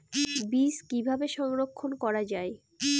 বীজ কিভাবে সংরক্ষণ করা যায়?